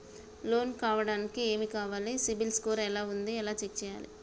Loan కావడానికి ఏమి కావాలి సిబిల్ స్కోర్ ఎలా ఉంది ఎలా చెక్ చేయాలి?